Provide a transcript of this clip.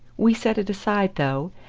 we set it aside, though,